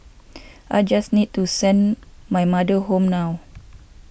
I just need to send my mother home now